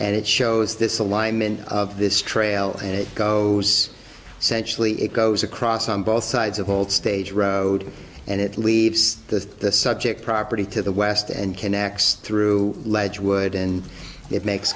and it shows this alignment of this trail and it goes sensually it goes across on both sides of the old stage road and it leaves the subject property to the west and connects through ledge wood and it makes